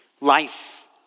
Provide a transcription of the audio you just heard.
life